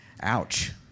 Ouch